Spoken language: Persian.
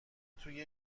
توی